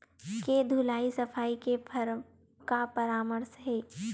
के धुलाई सफाई के का परामर्श हे?